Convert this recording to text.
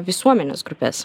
visuomenės grupes